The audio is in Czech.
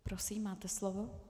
Prosím, máte slovo.